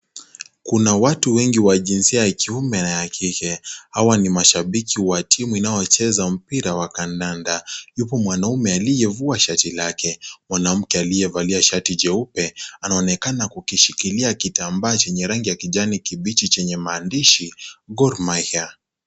Kuna watu wengi wa jinsia ya kiume na wa kike, hawa ni mashabiki wa timu inayocheza mpira wa kandanda. Yuko mwanaume aliyevua shati lake. Mwanamke aliyevalia shati jeupe anaonekana kukishikilia kitambaa chenye rangi ya kijani kibichi chenye maandishi, Gor Mahia.